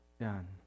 done